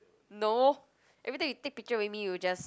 no every time you take picture with me you just